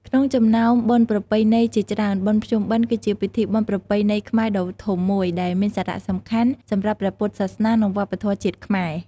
ក្នុងចំណោមបុណ្យប្រពៃណីជាច្រើន បុណ្យភ្ជុំបិណ្ឌគឺជាពិធីបុណ្យប្រពៃណីខ្មែរដ៏ធំំមួយ ដែលមានសារៈសំខាន់សម្រាប់ព្រះពុទ្ធសាសនា និងវប្បធម៌ជាតិខ្មែរ។